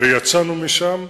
ויצאנו משם,